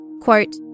Quote